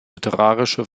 literarische